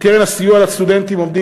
קרן הסיוע לסטודנטים עומדת,